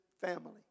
family